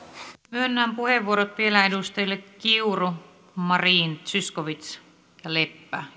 myönnän puheenvuorot vielä edustajille kiuru marin zyskowicz ja leppä